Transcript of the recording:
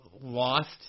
lost